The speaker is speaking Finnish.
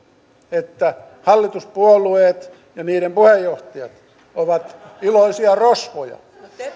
että hallituspuolueet ja niiden puheenjohtajat ovat iloisia rosvoja